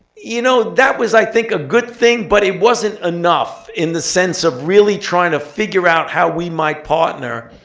you know, that was, i think, a good thing, but it wasn't enough in the sense of really trying to figure out how we might partner.